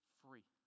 free